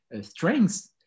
strengths